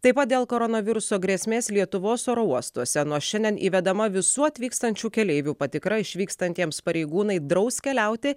taip pat dėl koronaviruso grėsmės lietuvos oro uostuose nuo šiandien įvedama visų atvykstančių keleivių patikra išvykstantiems pareigūnai draus keliauti